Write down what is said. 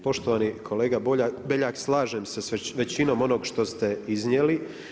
Poštovani kolega Beljak slažem se sa većinom onog što ste iznijeli.